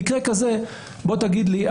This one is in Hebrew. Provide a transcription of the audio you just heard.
במקרה כזה בוא תגיד לי,